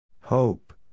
Hope